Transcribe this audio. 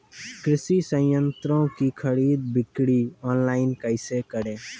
कृषि संयंत्रों की खरीद बिक्री ऑनलाइन कैसे करे?